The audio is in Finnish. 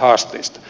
haasteista